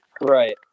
Right